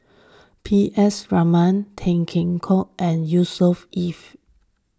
P S Raman Tan Kheam Hock and Yusnor Ef